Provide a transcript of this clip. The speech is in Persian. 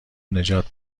نجات